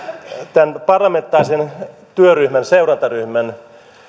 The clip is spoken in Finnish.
tämän parlamentaarisen seurantaryhmän